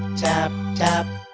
tap, tap.